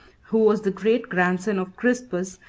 who was the great grandson of crispus,